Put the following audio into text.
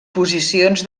posicions